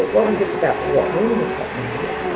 what is this about? what learning is happening here?